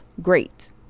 great